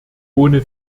ohne